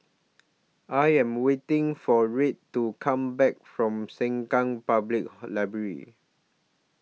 I Am waiting For Red to Come Back from Sengkang Public Library